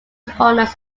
honors